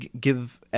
Give